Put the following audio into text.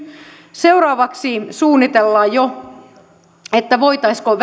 seuraavaksi suunnitellaan jo voitaisiinko väylät